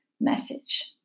message